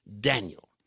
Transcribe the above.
Daniel